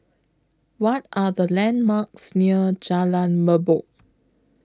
What Are The landmarks near Jalan Merbok